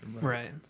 Right